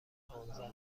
پانزده